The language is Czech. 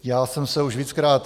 Já jsem se už víckrát...